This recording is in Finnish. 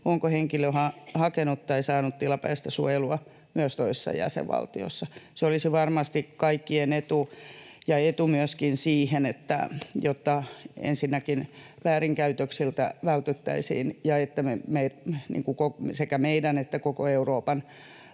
onko henkilö hakenut tai saanut tilapäistä suojelua myös toisessa jäsenvaltiossa”. Se olisi varmasti kaikkien etu ja etu myöskin siinä, että ensinnäkin väärinkäytöksiltä vältyttäisiin ja että sekä meidän että koko Euroopan